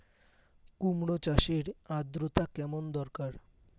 কুমড়ো চাষের আর্দ্রতা কেমন দরকার?